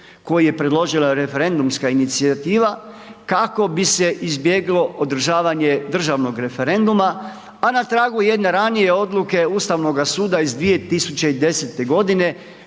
koji je predložila referendumska inicijativa kako bi se izbjeglo održavanje državnog referenduma, a na tragu jedne ranije odluke Ustavnoga suda iz 2010.g.